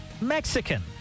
Mexican